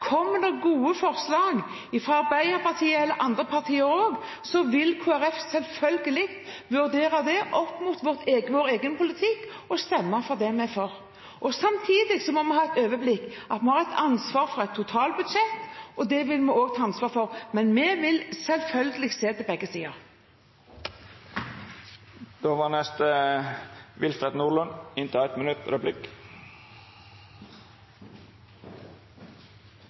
kommer regjeringen med politikk som er sentrumsvennlig, som Kristelig Folkeparti er, stemmer vi selvsagt for det. Kommer det gode forslag fra Arbeiderpartiet eller fra andre partier, vil Kristelig Folkeparti selvfølgelig vurdere det opp mot vår egen politikk og stemme for det vi er for. Samtidig må vi ha et overblikk – vi har ansvar for et totalbudsjett, og det vil vi ta ansvar for, men vi vil selvfølgelig se til